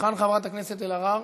היכן חברת הכנסת אלהרר?